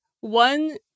one